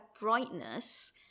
brightness